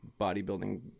bodybuilding